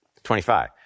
25